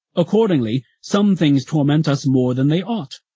accordingly, some things torment us more than they ought,